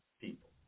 people